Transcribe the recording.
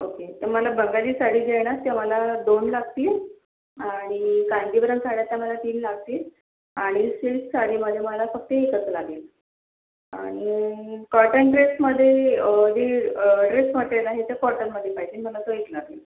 okay तर मला बंगाली साडी घेणार त्या मला दोन लागतील आणि कांजीवरम साड्या त्या मला तीन लागतील आणि सिल्क साडीमध्ये मला फक्त एकच लागेल आणि कॉटन ड्रेसमध्ये दीड ड्रेस मट्रेयल आहे ते कॉटनमध्ये पाहिजे मला तो एक लागेल